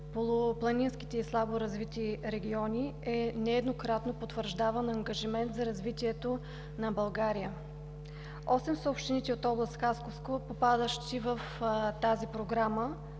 полупланинските слабо развити райони е нееднократно потвърждаван ангажимент за развитието на България. Осем са общините от област Хасковско, попадащи в тази Програма.